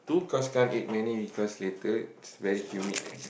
cause can't eat many because later it's very humid and